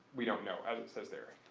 we don't know as it says there.